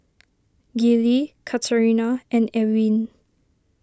Gillie Katarina and Ewin